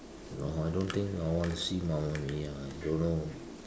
no I don't think I want to see Mamma Mia I don't know